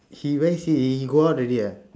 he where is he he go out already ah